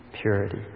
purity